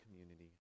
community